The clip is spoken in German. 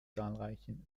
zahlreichen